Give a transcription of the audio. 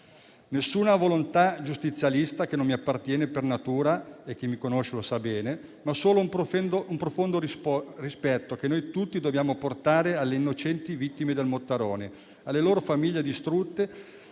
Nessuna volontà giustizialista, che non mi appartiene per natura (chi mi conosce lo sa bene), ma solo un profondo rispetto, che tutti dobbiamo portare alle innocenti vittime del Mottarone, alle loro famiglie distrutte